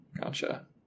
Gotcha